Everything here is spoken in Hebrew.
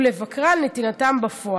ולבקרה על נתינתם בפועל.